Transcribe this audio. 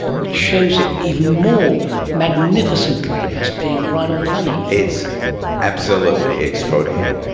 which shows it even more magnificently as being right on the money. it's absolutely extraordinary,